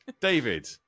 David